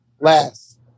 Last